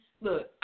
look